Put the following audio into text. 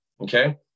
okay